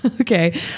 Okay